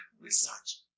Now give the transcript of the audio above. research